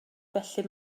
felly